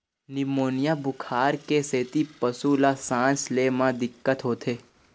pneumonia बुखार के सेती पशु ल सांस ले म दिक्कत होथे